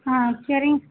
ஆ சரிங்